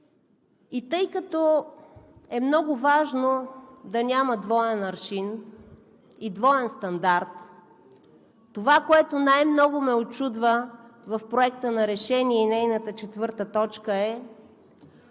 И тъй като е много важно да няма двоен аршин и двоен стандарт, това, което най-много ме учудва в Проекта на решение и нейната четвърта точка, е: